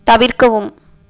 தவிர்க்கவும்